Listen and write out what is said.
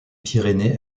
pyrénées